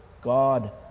God